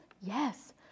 yes